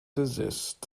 desist